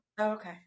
Okay